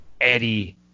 Eddie